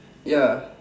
ya